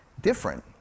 different